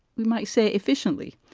we might say, efficiently.